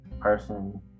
person